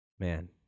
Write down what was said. Man